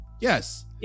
yes